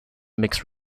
mixed